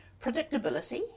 predictability